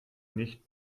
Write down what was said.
nicht